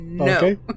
okay